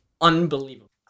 unbelievable